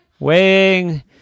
Weighing